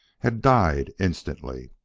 had died instantly!